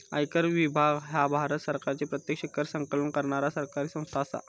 आयकर विभाग ह्या भारत सरकारची प्रत्यक्ष कर संकलन करणारा सरकारी संस्था असा